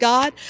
God